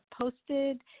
posted